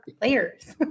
players